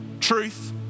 truth